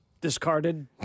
Discarded